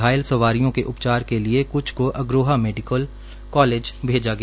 घायल सवारियों के उपचार के लिए क्छ को अग्रोहा मेडिकल कालेज भेजा गया